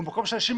הוא מקום שאנשים